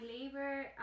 labor